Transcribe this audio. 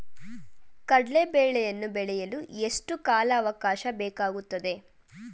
ಕಡ್ಲೆ ಬೇಳೆಯನ್ನು ಬೆಳೆಯಲು ಎಷ್ಟು ಕಾಲಾವಾಕಾಶ ಬೇಕಾಗುತ್ತದೆ?